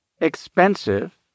expensive